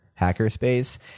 hackerspace